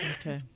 okay